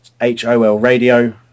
HOLradio